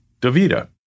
DaVita